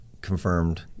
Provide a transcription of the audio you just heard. confirmed